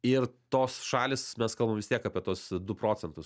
ir tos šalys mes kalbam tiek apie tuos du procentus